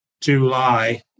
July